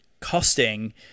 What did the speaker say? costing